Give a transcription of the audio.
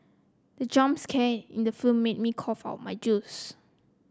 the jump scare in the film made me cough out my juice